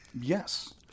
Yes